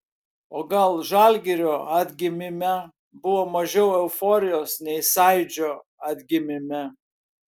o gal žalgirio atgimime buvo mažiau euforijos nei sąjūdžio atgimime